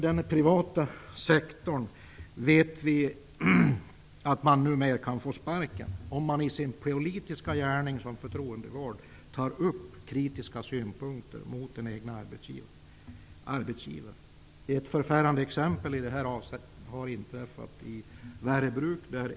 I den privata sektorn kan man ju numera få sparken om man i sin politiska gärning som förtroendevald tar upp synpunkter som är kritiska mot den egna arbetsgivaren. Ett förfärande exempel i det här avseendet är det som har inträffat vid Värö Bruk.